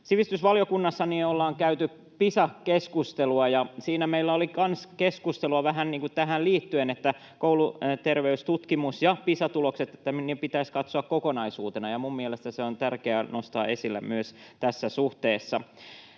Sivistysvaliokunnassa ollaan käyty Pisa-keskustelua, ja siellä meillä oli kanssa keskustelua vähän niin kuin tähän liittyen, että kouluterveystutkimusta ja Pisa-tuloksia pitäisi katsoa kokonaisuutena. Minun mielestäni se on tärkeää nostaa esille myös tässä suhteessa.